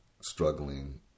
struggling